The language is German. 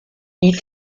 die